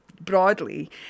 broadly